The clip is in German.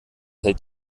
hält